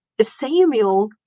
Samuel